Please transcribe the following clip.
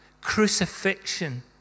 crucifixion